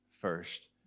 First